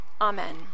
Amen